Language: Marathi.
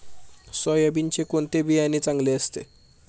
सोयाबीनचे कोणते बियाणे चांगले असते?